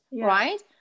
right